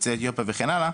יוצאי אתיופיה וכן הלאה,